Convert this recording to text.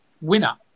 winner